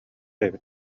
эбит